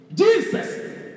Jesus